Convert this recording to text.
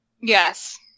Yes